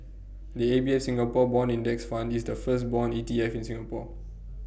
the A B S Singapore Bond index fund is the first Bond E T F in Singapore